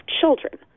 children